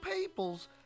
people's